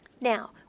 Now